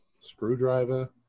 Screwdriver